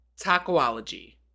Tacoology